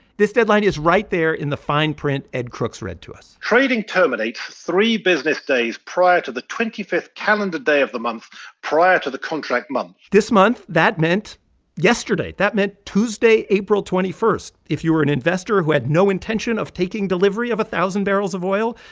this deadline is right there in the fine print ed crooks read to us trading terminates three business days prior to the twenty fifth calendar day of the month prior to the contract month this month, that meant yesterday. that meant tuesday, april twenty one. if you were an investor who had no intention of taking delivery of one thousand barrels of oil,